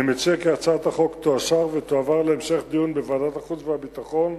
אני מציע כי הצעת החוק תאושר ותועבר להמשך דיון בוועדת החוץ והביטחון,